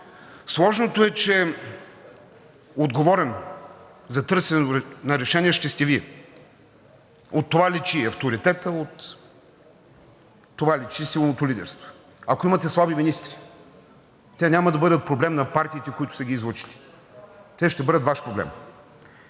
Сложното е, че отговорен за търсенето на решения ще сте Вие. От това личи авторитетът, от това личи силното лидерство. Ако имате слаби министри, те няма да бъдат проблем на партиите, които са ги излъчили, те ще бъдат Ваш проблем.